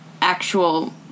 actual